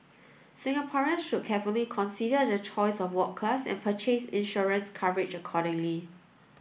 Singaporeans should carefully consider their choice of ward class and purchase insurance coverage accordingly